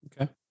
Okay